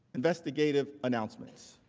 investigative announcements.